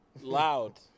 Loud